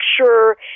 sure